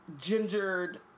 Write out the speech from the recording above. gingered